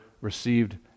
received